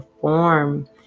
form